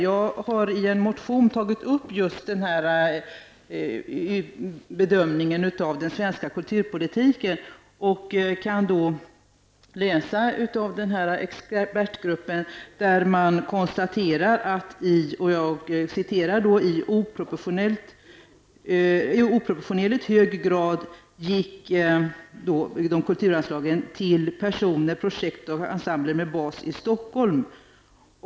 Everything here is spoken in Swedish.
Jag har i en motion tagit upp denna bedömning av den svenska kulturpolitiken. Expertgruppen konstaterar att kulturanslagen ''i oproportionerligt hög grad gick till personer, projekt och ensembler med bas i Stockholm''.